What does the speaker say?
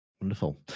Wonderful